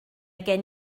gen